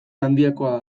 handikoa